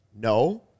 No